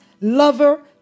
lover